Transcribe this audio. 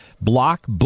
Block